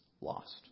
lost